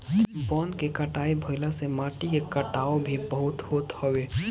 वन के कटाई भाइला से माटी के कटाव भी खूब होत हवे